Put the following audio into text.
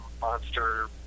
monster